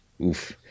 oof